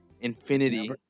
Infinity